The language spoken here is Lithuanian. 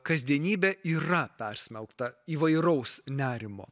kasdienybė yra persmelkta įvairaus nerimo